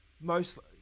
mostly